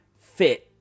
fit